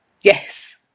Yes